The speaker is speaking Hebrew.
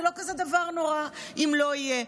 זה לא כזה דבר נורא אם לא יהיה,